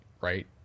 right